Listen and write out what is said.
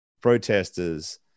protesters